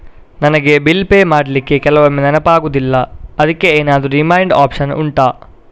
ನನಗೆ bill pay ಮಾಡ್ಲಿಕ್ಕೆ ಕೆಲವೊಮ್ಮೆ ನೆನಪಾಗುದಿಲ್ಲ ಅದ್ಕೆ ಎಂತಾದ್ರೂ ರಿಮೈಂಡ್ ಒಪ್ಶನ್ ಉಂಟಾ